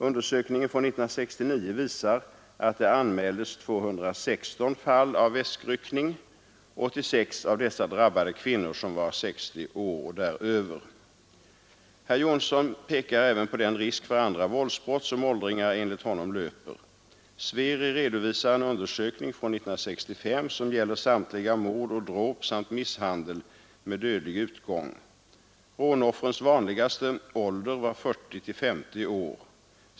Undersökningen från 1969 visar att det anmäldes 216 fall av väskryckning. 86 av dessa drabbade kvinnor som var 60 år och däröver. Herr Jonsson pekar även på den risk för andra våldsbrott som åldringar enligt honom löper. Sveri redovisar en undersökning från 1965 som gäller samtliga mord och dråp samt misshandel med dödlig utgång. Rånoffrens vanligaste ålder var 40—50 år.